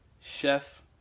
chef